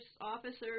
officers